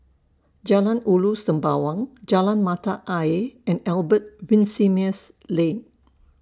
Jalan Ulu Sembawang Jalan Mata Ayer and Albert Winsemius Lane